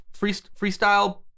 Freestyle